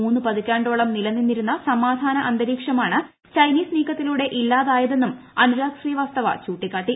മൂന്ന് പതിറ്റാണ്ടോളം നിലനിന്നിരുന്ന സമാധാന അന്തരീക്ഷമാണ് ചൈനീസ് നീക്കത്തിലൂടെ ഇല്ലാതായതെന്നും അനുരാഗ് ശ്രീവാസ്തവ ചൂണ്ടിക്കാട്ടി